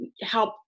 help-